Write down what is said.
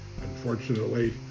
Unfortunately